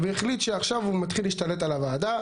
והחליט שעכשיו הוא מתחיל להשתלט על הוועדה.